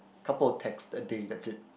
couple of text a day that's it